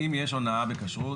אין שום אזכור בתוך כל החקיקה הזאת,